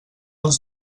els